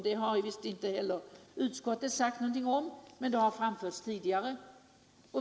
Det har visst inte utskottet sagt någonting om, men det har framförts tidigare.